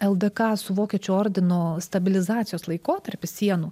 ldk su vokiečių ordinu stabilizacijos laikotarpis sienų